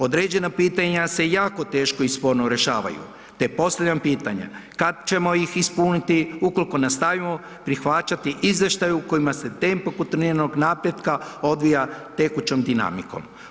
Određena pitanja se jako teško i sporo rješavaju, te postavljam pitanje, kad ćemo ih ispuniti ukolko nastavimo prihvaćati izvještaj u kojima se tempo kontinuiranog napretka odvija tekućom dinamikom.